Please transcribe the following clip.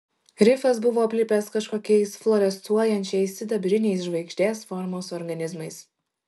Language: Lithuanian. rifas buvo aplipęs kažkokiais fluorescuojančiais sidabriniais žvaigždės formos organizmais